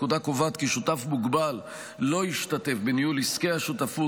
הפקודה קובעת כי שותף מוגבל לא ישתתף בניהול עסקי השותפות,